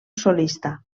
solista